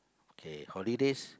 okay holidays